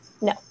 No